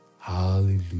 Hallelujah